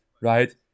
right